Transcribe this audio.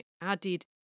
added